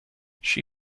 she